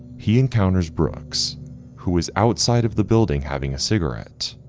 he encounters brooks who is outside of the building having a cigarette.